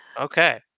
Okay